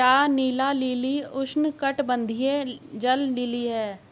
क्या नीला लिली उष्णकटिबंधीय जल लिली है?